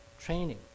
training